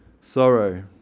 sorrow